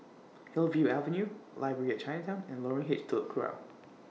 Hillview Avenue Library At Chinatown and Lorong H Telok Kurau